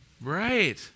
Right